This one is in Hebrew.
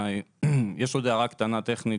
יש עוד הערה קטנה טכנית